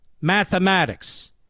mathematics